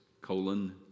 colon